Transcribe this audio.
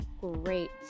great